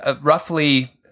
roughly